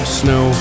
snow